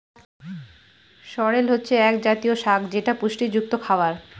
সরেল হচ্ছে এক জাতীয় শাক যেটা পুষ্টিযুক্ত খাবার